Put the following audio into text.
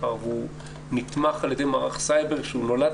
מאחר והוא נתמך על ידי מערך סייבר שנולד